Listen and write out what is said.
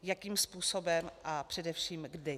Jakým způsobem a především kdy?